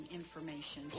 information